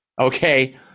okay